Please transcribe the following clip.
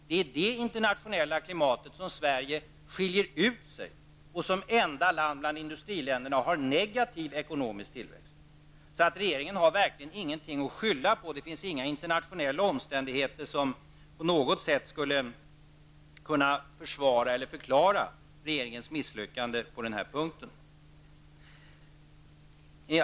Det är i detta internationella klimat som Sverige skiljer ut sig. Sverige är det enda industriland som har en negativ ekonomisk tillväxt. Regeringen har således verkligen ingenting att skylla på. Det finns inga internationella omständigheter som på något sätt skulle kunna försvara eller förklara regeringens misslyckande på den här punkten.